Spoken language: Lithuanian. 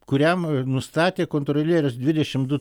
kuriam ir nustatė kontrolierius dvidešimt du